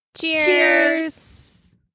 Cheers